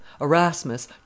erasmus